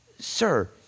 Sir